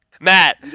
Matt